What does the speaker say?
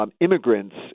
Immigrants